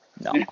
no